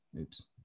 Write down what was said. oops